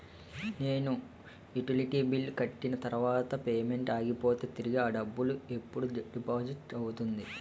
నేను utility bill కట్టిన తర్వాత పేమెంట్ ఆగిపోతే తిరిగి అ డబ్బు ఎప్పుడు డిపాజిట్ అవుతుంది?